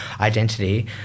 identity